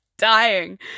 dying